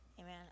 Amen